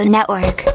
Network